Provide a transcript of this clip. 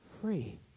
Free